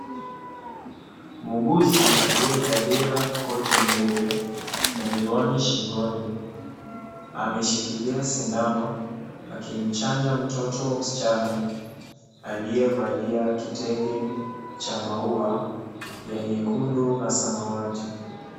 Muuguzi, aliyevalia koti nyeupe na miwani shingoni, ameshikilia sindano akimchanja mtoto msichana, aliyevalia kitenge cha maua ya nyekundu na samawati.